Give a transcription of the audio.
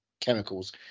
chemicals